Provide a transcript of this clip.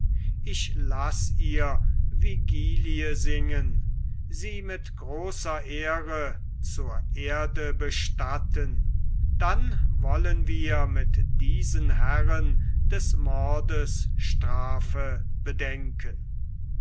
ich lass ihr vigilie singen sie mit großer ehre zur erde bestatten dann wollen wir mit diesen herren des mordes strafe bedenken